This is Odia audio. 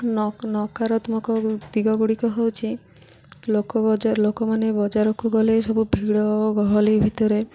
ନ ନକାରାତ୍ମକ ଦିଗ ଗୁଡ଼ିକ ହେଉଛି ଲୋକ ବଜାର ଲୋକମାନେ ବଜାରକୁ ଗଲେ ସବୁ ଭିଡ଼ ଗହଳି ଭିତରେ